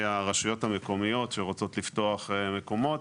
הרשויות המקומיות שרוצות לפתוח מקומות.